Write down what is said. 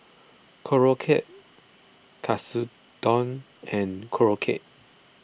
Korokke Katsudon and Korokke